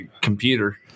computer